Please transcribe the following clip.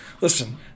Listen